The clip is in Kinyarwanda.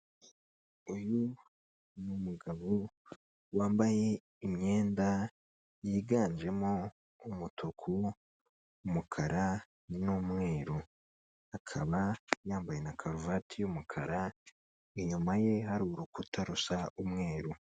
Uyu ni umugabo wambaye imyenda yiganjemo umutuku, umukara n'umweru, akaba yambaye na karuvati y'umukara, inyuma ye hari urukuta rusa umweru.